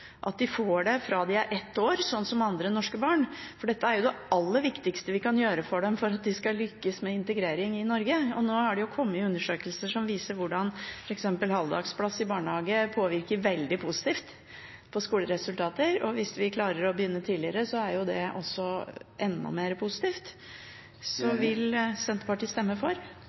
at de får det fra de er ett år, sånn som andre norske barn, for dette er jo det aller viktigste vi kan gjøre for dem for at de skal lykkes med integrering i Norge. Det er nå kommet undersøkelser som viser hvordan f.eks. halvdagsplass i barnehage påvirker skoleresultater veldig positivt, og hvis vi klarer å begynne tidligere, er det enda mer positivt. Vil Senterpartiet stemme for?